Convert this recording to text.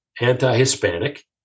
anti-Hispanic